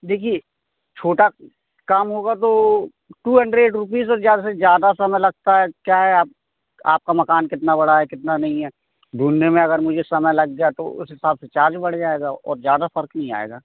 देखिए छोटा काम होगा तो टू हन्ड्रेड रुपीज़ और ज़्यादा से ज़्यादा समय लगता है क्या है आप का मकान कितना बड़ा है कितना नहीं है ढूँढने में अगर मुझे समय लग जाए तो उस हिसाब से चार्ज बढ़ जाएगा और ज़्यादा फ़र्क़ नहीं आएगा